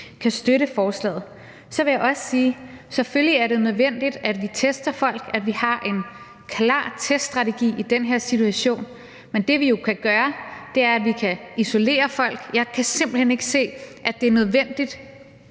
kan støtte forslaget. Så vil jeg også sige, at det selvfølgelig er nødvendigt, at vi tester folk, at vi har en klar teststrategi i den her situation. Men det, vi jo kan gøre, er at isolere folk. Jeg kan simpelt hen ikke se, at det er nødvendigt